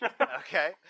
Okay